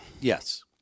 Yes